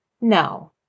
No